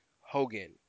Hogan